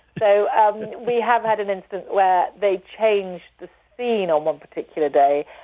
so um we have had an instance where they changed the scene on one particular day.